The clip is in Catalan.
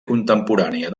contemporània